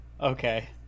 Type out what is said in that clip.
Okay